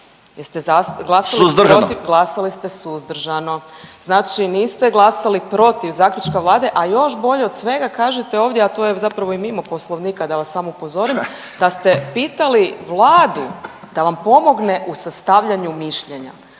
Suzdržano./… Glasali ste suzdržano. Znači niste glasali protiv zaključka Vlade, a još bolje od svega kažete ovdje, a to je zapravo i mimo Poslovnika da vas samo upozorim da ste pitali Vladu da vam pomogne u sastavljanju mišljenja.